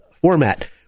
format